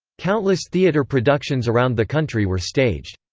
countless theatre productions around the country were staged.